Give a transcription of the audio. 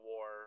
War